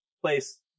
place